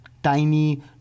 tiny